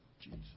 Jesus